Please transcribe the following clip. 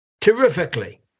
terrifically